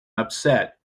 upset